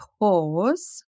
pause